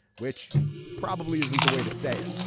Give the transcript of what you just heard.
which probably isn't the way to say it.